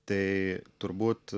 tai turbūt